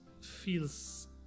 feels